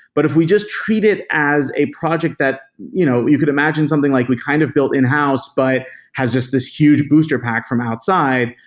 but if we just treated it as a project that you know you could imagine something like we kind of built in-house, but has just this huge booster pack from outside,